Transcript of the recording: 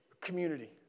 community